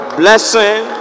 blessing